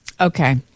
Okay